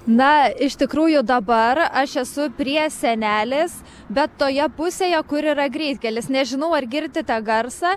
na iš tikrųjų dabar aš esu prie sienelės bet toje pusėje kur yra greitkelis nežinau ar girdite garsą